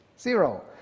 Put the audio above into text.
Zero